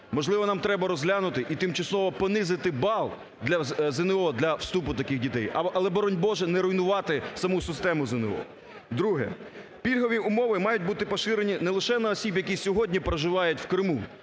Можливо, нам треба розглянути і тимчасово понизити бал ЗНО для вступу таких дітей. Але, боронь Боже, не руйнувати саму систему ЗНО. Друге. Пільгові умови мають бути поширені не лише на осіб, які сьогодні проживають в Криму.